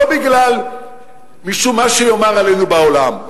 לא משום מה שיאמרו עלינו בעולם,